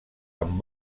amb